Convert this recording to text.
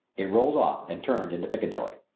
it rolled off and turned into piccadilly.